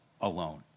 alone